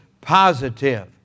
positive